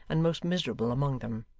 and most miserable among them.